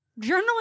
journaling